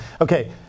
Okay